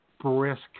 brisk